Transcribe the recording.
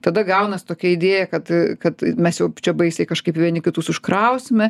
tada gaunas tokia idėja kad kad mes jau čia baisiai kažkaip vieni kitus užkrausime